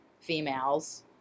females